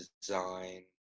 design